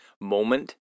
moment